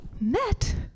met